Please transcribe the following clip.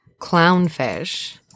clownfish